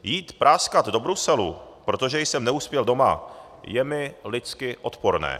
Jít práskat do Bruselu, protože jsem neuspěl doma, je mi lidsky odporné.